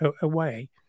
away